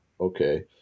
okay